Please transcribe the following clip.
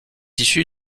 issu